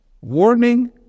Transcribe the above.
warning